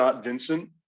Vincent